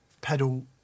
pedal